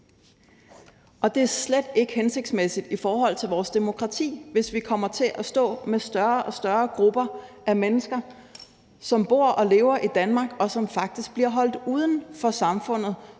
det er slet ikke hensigtsmæssigt i forhold til vores demokrati, hvis vi kommer til at stå med større og større grupper af mennesker, som bor og lever i Danmark, og som faktisk bliver holdt uden for samfundet